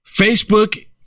Facebook